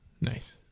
nice